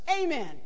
Amen